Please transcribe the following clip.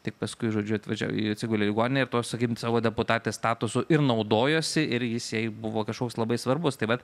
tik paskui žodžiu atvažiavo atsigulė į ligoninę ir tuo sakykim savo deputatės statusu ir naudojosi ir jis jai buvo kažkoks labai svarbus tai vat